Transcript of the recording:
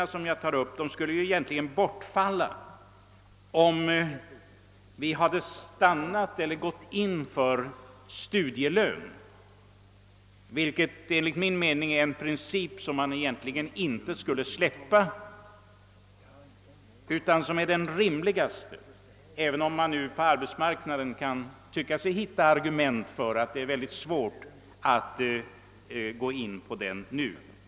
De svårigheter jag pekat på skulle egentligen inte finnas om vi hade gått in för studielön. Denna princip bör man enligt min mening inte släppa ur sikte, utan den är den rimligaste — även om man på arbetsmarknaden kan tycka sig finna argument för att det är mycket svårt att tillämpa principen nu.